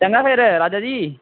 चंगा फिर राजा जी